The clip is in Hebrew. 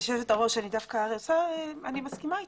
היושבת ראש, אני מסכימה אתו.